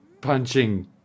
punching